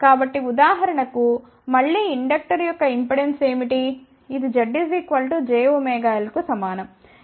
కాబట్టి ఉదాహరణకు మళ్ళీ ఇండక్టర్ యొక్క ఇంపెడెన్స్ ఏమిటి ఇది Z jωL కు సమానం